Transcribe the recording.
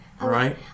right